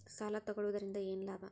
ಸಾಲ ತಗೊಳ್ಳುವುದರಿಂದ ಏನ್ ಲಾಭ?